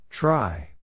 Try